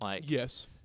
Yes